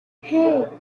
hey